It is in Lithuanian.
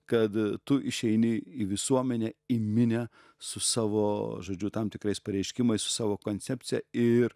kad tu išeini į visuomenę į minią su savo žodžiu tam tikrais pareiškimais su savo koncepcija ir